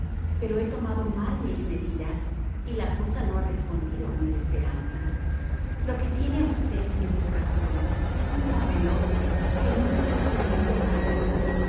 pero he tomado mal mis medidas y la cosa no ha respondido a mis esperanzas lo que tiene usted en su cajón es un papelote que nunca le serviría para nada